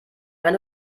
eine